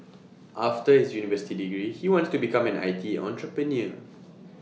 after his university degree he wants to become an I T entrepreneur